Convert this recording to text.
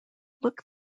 look